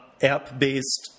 app-based